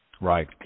Right